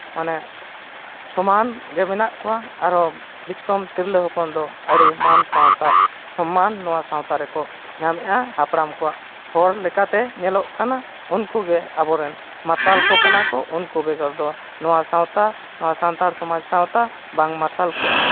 ᱢᱟᱱᱮ ᱥᱚᱢᱟᱱ ᱜᱮ ᱢᱮᱱᱟᱜ ᱠᱚᱣᱟ ᱟᱨᱚ ᱵᱤᱪᱠᱚᱢ ᱛᱤᱨᱞᱟᱹ ᱦᱚᱯᱚᱱ ᱫᱚ ᱟᱹᱰᱤ ᱢᱟᱹᱱ ᱥᱟᱶᱛᱮ ᱥᱚᱱᱢᱟᱱ ᱱᱚᱣᱟ ᱥᱟᱶᱛᱟ ᱨᱮᱠᱚ ᱧᱟᱢᱮᱜᱼᱟ ᱦᱟᱯᱲᱟᱢ ᱠᱚᱣᱟᱜ ᱦᱚᱨ ᱞᱮᱠᱟᱛᱮ ᱧᱮᱞᱚᱜ ᱠᱟᱱᱟ ᱩᱱᱠᱩ ᱜᱮ ᱟᱵᱚ ᱨᱮᱱ ᱢᱟᱨᱥᱟᱞ ᱠᱚ ᱠᱟᱱᱟ ᱠᱚ ᱩᱱᱠᱩ ᱵᱮᱜᱚᱨ ᱫᱚ ᱱᱚᱣᱟ ᱥᱟᱶᱛᱟ ᱱᱚᱣᱟ ᱥᱟᱱᱛᱟᱲ ᱥᱚᱢᱟᱡᱽ ᱥᱟᱶᱛᱟ ᱵᱟᱝ ᱢᱟᱨᱥᱟᱞ ᱠᱚᱜᱼᱟ